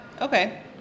okay